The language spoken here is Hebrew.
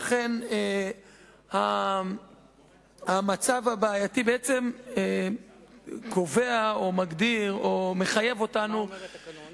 לכן המצב הבעייתי בעצם קובע או מגדיר או מחייב אותנו